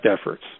efforts